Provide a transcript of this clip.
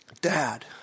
Dad